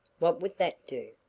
what would that do?